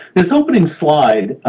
this opening slide?